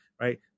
right